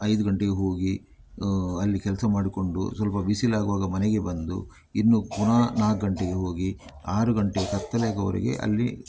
ಐದು ಗಂಟೆಗೆ ಹೋಗಿ ಅಲ್ಲಿ ಕೆಲಸ ಮಾಡಿಕೊಂಡು ಸ್ವಲ್ಪ ಬಿಸಿಲು ಆಗೋವಾಗ ಮನೆಗೆ ಬಂದು ಇನ್ನು ಪುನಃ ನಾಲ್ಕ್ ಗಂಟೆಗೆ ಹೋಗಿ ಆರು ಗಂಟೆ ಕತ್ತಲು ಆಗೋವರೆಗೆ ಅಲ್ಲಿ